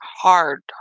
hard